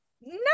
no